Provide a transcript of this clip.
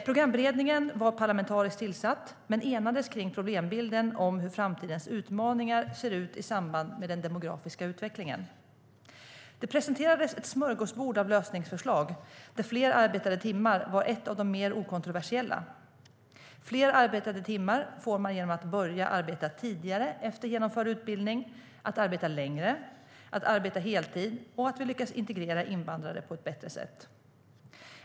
Programberedningen var parlamentariskt tillsatt men enades kring problembilden om hur framtidens utmaningar ser ut i samband med den demografiska utvecklingen. Det presenterades ett smörgåsbord av lösningsförslag, där fler arbetade timmar var ett av de mer okontroversiella. Fler arbetade timmar får man genom att börja arbeta tidigare efter genomförd utbildning, genom att arbeta längre, genom att arbeta heltid och genom att vi lyckas integrera invandrare på ett bättre sätt.